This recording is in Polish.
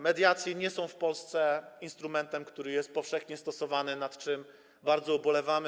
Mediacje nie są w Polsce instrumentem, który jest powszechnie stosowany, nad czym bardzo ubolewamy.